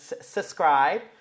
subscribe